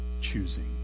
choosing